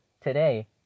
today